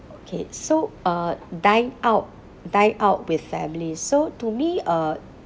okay so uh dining out dining out with family so to me uh